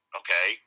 okay